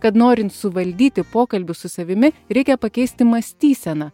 kad norin suvaldyti pokalbius su savimi reikia pakeisti mąstyseną